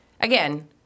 again